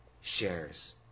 shares